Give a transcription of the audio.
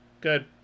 good